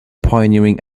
pioneering